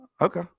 Okay